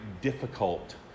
difficult